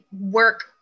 work